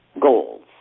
goals